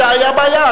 היתה בעיה.